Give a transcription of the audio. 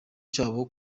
cyabo